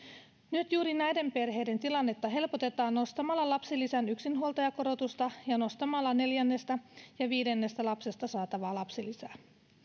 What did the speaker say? nyt juuri näiden perheiden tilannetta helpotetaan nostamalla lapsilisän yksinhuoltajakorotusta ja nostamalla neljännestä ja viidennestä lapsesta saatavaa lapsilisää